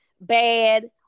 bad